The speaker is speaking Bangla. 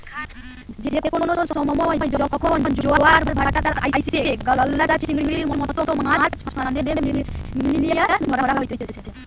যে কোনো সময়ে যখন জোয়ারের ভাঁটা আইসে, গলদা চিংড়ির মতো মাছ ফাঁদ লিয়ে ধরা হতিছে